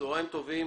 צוהריים טובים.